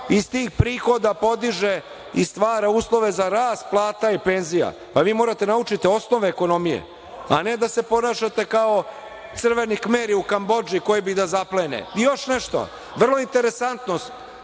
iz tih prihoda podiže i stvara uslove za rast plata i penzija. Vi morate da naučite osnove ekonomije, a ne da se ponašate kao Crveni Kmeri u Kambodži, koji bi da zaplene. Još nešto, vrlo interesantno,